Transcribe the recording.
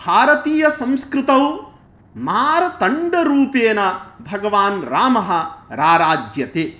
भारतीय संस्कृतौ मार्तण्डरूपेण भगवान् रामः राराज्यते